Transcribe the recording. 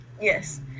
yes